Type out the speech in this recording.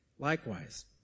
Likewise